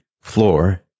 floor